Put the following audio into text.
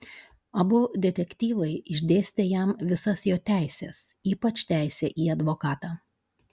abu detektyvai išdėstė jam visas jo teises ypač teisę į advokatą